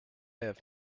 have